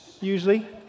usually